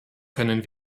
können